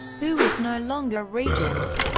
who was no longer regent.